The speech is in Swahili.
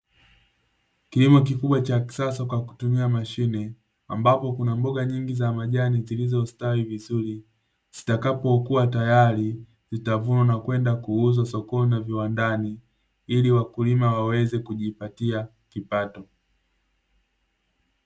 Kilimo kikubwa cha kisasa kwa kutumia mashine ambapo kuna mboga nyingi za majani zilizostawi vizuri, zitakapokuwa tayari zitavunwa na kwenda kuuzwa sokoni na viwandani ili wakulima waweze kujipatia kipato.